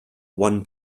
one